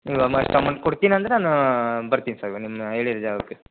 ನೀವು ಅಷ್ಟು ಅಮೌಂಟ್ ಕೊಡ್ತೀನಿ ಅಂದ್ರೆ ನಾನು ಬರ್ತೀನಿ ಸರ್ ನಿಮ್ಮ ಹೇಳಿರೊ ಜಾಗಕ್ಕೆ